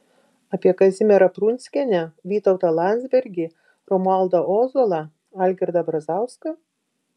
apie kazimierą prunskienę vytautą landsbergį romualdą ozolą algirdą brazauską